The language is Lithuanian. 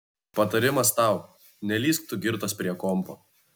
patarimas tau nelįsk tu girtas prie kompo